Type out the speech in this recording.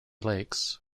lakes